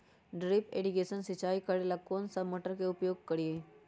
Drip irrigation सिंचाई करेला कौन सा मोटर के उपयोग करियई?